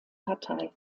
partei